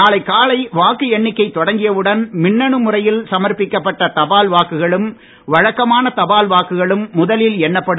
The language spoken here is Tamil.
நாளை காலை வாக்கு எண்ணிக்கை தொடங்கியவுடன் மின்னணு முறையில் சமர்பிக்கப்பட்ட தபால் வாக்குகளும் வழக்கமான தபால் வாக்குகளும் முதலில் எண்ணப்படும்